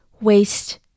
waste